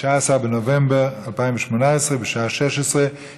של חבר הכנסת פולקמן בעניין יום השבתון